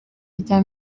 rya